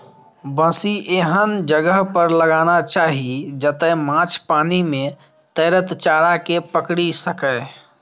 बंसी कें एहन जगह पर लगाना चाही, जतय माछ पानि मे तैरैत चारा कें पकड़ि सकय